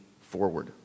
forward